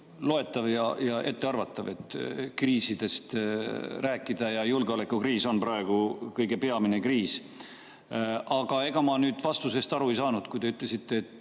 loetav ja ettearvatav, et räägime kriisidest, ja julgeolekukriis on praegu kõige peamine kriis. Aga ega ma vastusest aru ei saanud. Te ütlesite, et